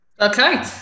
Okay